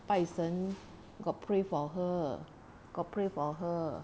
拜神 got pray for her got pray for her